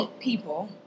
people